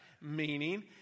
meaning